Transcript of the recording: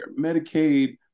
Medicaid